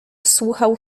słuchał